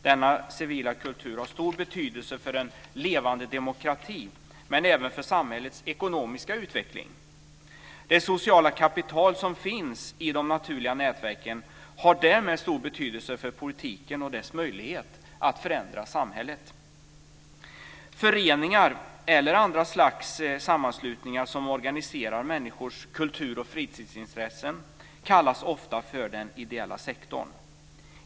Denna civila kultur har stor betydelse för en levande demokrati, men även för samhällets ekonomiska utveckling. Det sociala kapital som finns i de naturliga nätverken har därmed stor betydelse för politiken och dess möjlighet att förändra samhället. Föreningar eller andra slags sammanslutningar som organiserar människors kultur och fritidsintressen kallas ofta för den ideella sektorn.